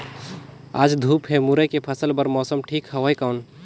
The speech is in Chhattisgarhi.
आज धूप हे मुरई के फसल बार मौसम ठीक हवय कौन?